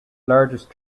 largest